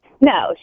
No